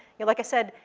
yeah like i said,